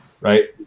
right